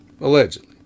Allegedly